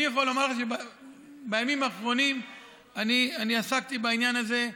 אני יכול לומר לך שבימים האחרונים אני עסקתי בעניין הזה.